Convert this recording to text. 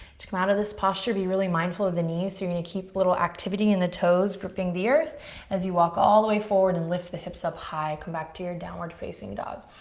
to come out of this posture, be really mindful of the knees. you're gonna keep little activity in the toes, gripping the earth as you walk all the way forward and lift the hips up high. come back to your downward facing dog.